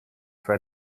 for